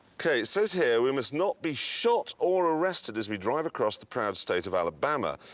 okay, it says here we must not be shot or arrested, as we drive across the proud state of alabama.